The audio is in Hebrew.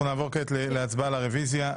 אנחנו נעבור כעת להצבעה על הרוויזיה.